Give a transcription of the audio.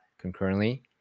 concurrently